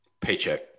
Paycheck